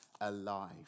alive